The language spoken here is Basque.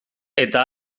eta